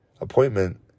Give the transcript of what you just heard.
Appointment